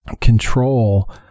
control